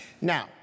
Now